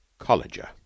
collager